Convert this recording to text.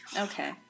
Okay